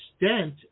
extent